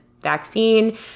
vaccine